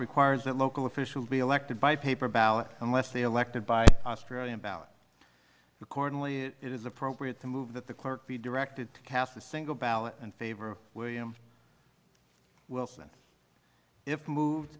requires that local official be elected by paper ballot unless the elected by australian ballot accordingly it is appropriate to move that the clerk be directed half the single ballot in favor of william wilson if moved